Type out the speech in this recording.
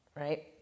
right